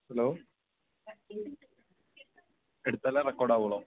hello എടുത്താലേ record അവുകയുള്ളൂ